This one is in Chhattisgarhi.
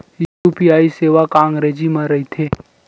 यू.पी.आई सेवा का अंग्रेजी मा रहीथे?